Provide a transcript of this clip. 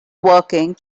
working